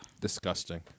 Disgusting